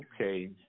Okay